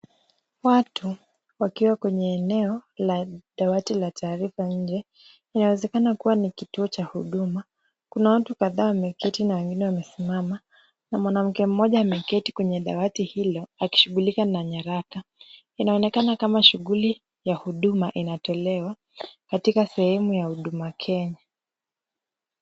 Watu wakiwa kwenye eneo la dawati la taarifa nje, inawezekana kuwa ni kituo cha huduma. Kuna watu kadhaa wameketi na wengine wamesimama na mwanamke mmoja ameketi kwenye dawati hilo akishughulika na nyaraka. Inaonekana kama shughuli ya huduma inatolewa katika sehemu ya Huduma Kenya.